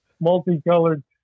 multicolored